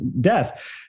death